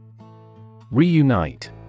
Reunite